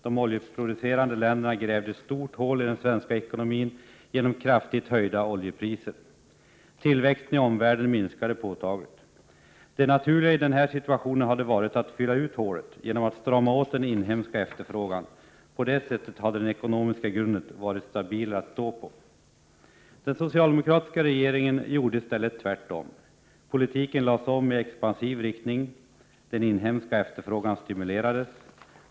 De oljeproducerande länderna grävde ett stort hål i den svenska ekonomin genom sina kraftigt höjda oljepriser. Tillväxten i omvärlden minskade påtagligt. Det naturliga i denna situation hade varit att ”fylla ut hålet” genom att strama åt den inhemska efterfrågan. På detta sätt hade den ekonomiska grunden varit stabilare att stå på. Den socialdemokratiska regeringen gjorde i stället tvärtom. Politiken lades om i expansiv riktning. Den inhemska efterfrågan stimulerades.